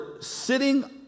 sitting